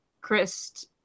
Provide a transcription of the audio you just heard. Chris